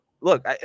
look